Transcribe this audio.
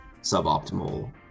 suboptimal